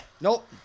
Nope